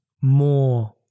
more